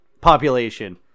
population